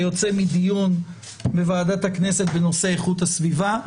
יוצא מדיון בוועדת הכנסת בנושא איכות הסביבה.